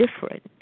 different